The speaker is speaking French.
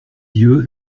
yeux